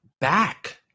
back